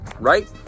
Right